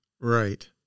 right